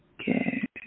Okay